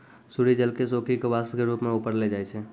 सूर्य जल क सोखी कॅ वाष्प के रूप म ऊपर ले जाय छै